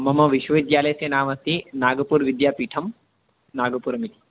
मम विश्वविद्यालयस्य नाम अस्ति नागपुरविद्यापीठं नागपुरमिति